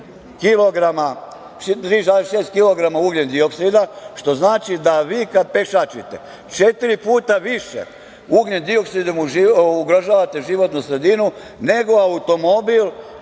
ugljendioksida, što znači da vi kada pešačite četiri puta više ugljendioksidom ugrožavate životnu sredinu, nego automobil